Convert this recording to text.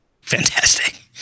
fantastic